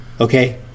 Okay